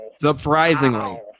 Surprisingly